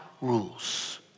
rules